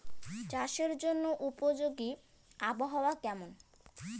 চাষের জন্য উপযোগী আবহাওয়া কেমন?